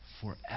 forever